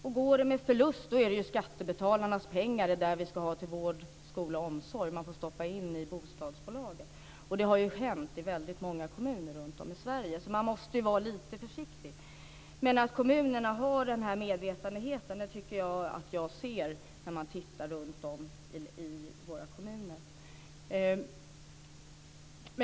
Och går det med förlust är det ju skattebetalarnas pengar - som vi ska ha till vård, skola och omsorg - som man får stoppa in i bostadsbolaget. Detta har ju hänt i väldigt många kommuner runtom i Sverige, så man måste ju vara lite försiktig. Men att kommunerna har denna medvetenhet tycker jag mig se runtom i våra kommuner.